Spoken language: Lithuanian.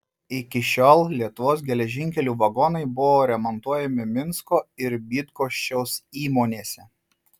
iki šiol lietuvos geležinkelių vagonai buvo remontuojami minsko ir bydgoščiaus įmonėse